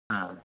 हां